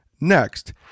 Next